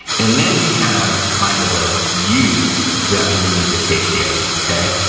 and then we have kind of the u that we need to take care of, okay?